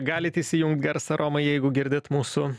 galite įsijungti garsą romai jeigu girdit mūsų